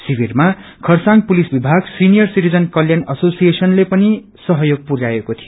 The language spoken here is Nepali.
शिविरमा खरसाङ पुसि विभाग सिनियर सिटिजन कल्याण एशोसिएशनले पनि सहयोग पुरराएको थियो